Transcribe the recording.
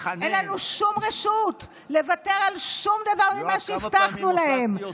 אין לנו שום רשות לוותר על שום דבר ממה שהבטחנו להם.